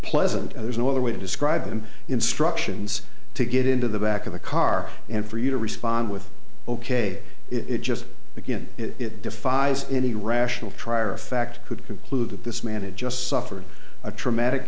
pleasant there's no other way to describe them instructions to get into the back of the car and for you to respond with ok it just again it defies any rational trier of fact could conclude that this man it just suffered a traumatic